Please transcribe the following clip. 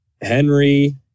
Henry